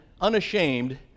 unashamed